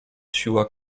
siła